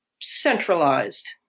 centralized